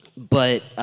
but,